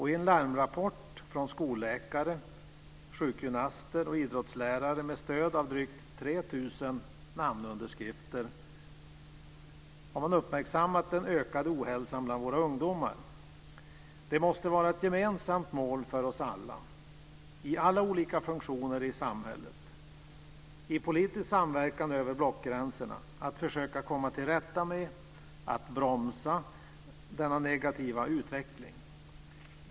I en larmrapport från skolläkare, sjukgymnaster och idrottslärare, med stöd av drygt 3 000 namnunderskrifter, har man uppmärksammat den ökade ohälsan bland våra ungdomar. Det måste vara ett gemensamt mål för oss alla, i alla olika funktioner i samhället, i politisk samverkan över blockgränserna, att försöka komma till rätta med och bromsa denna negativa utveckling.